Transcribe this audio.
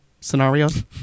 scenarios